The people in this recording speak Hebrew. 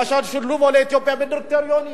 למשל שילוב עולי אתיופיה בדירקטוריונים,